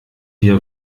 wir